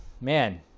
Man